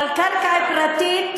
באמת לא צריך,